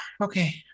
Okay